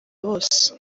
bose